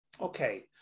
Okay